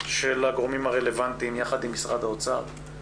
של הגורמים הרלוונטיים יחד עם משרד האוצר.